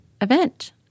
event